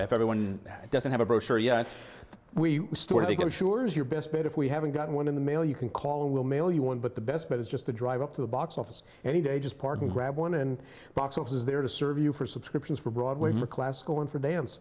if everyone doesn't have a brochure yet we still you can sure is your best bet if we haven't gotten one in the mail you can call and will mail you one but the best bet is just to drive up to the box office any day just park and grab one and box office is there to serve you for subscriptions for broadway for classical and for dance